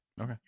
Okay